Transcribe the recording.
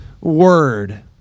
word